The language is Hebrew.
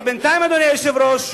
כי בינתיים, אדוני היושב-ראש,